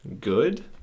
good